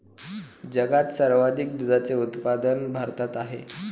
जगात सर्वाधिक दुधाचे उत्पादन भारतात आहे